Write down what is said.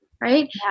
Right